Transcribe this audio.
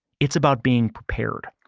it's about being prepared.